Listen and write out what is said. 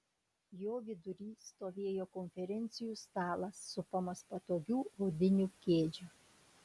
jo vidury stovėjo konferencijų stalas supamas patogių odinių kėdžių